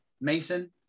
Mason